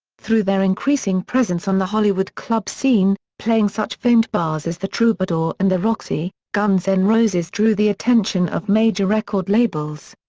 through their increasing presence on the hollywood club scene playing such famed bars as the troubadour and the roxy guns n' and roses drew the attention of major record labels.